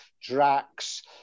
Drax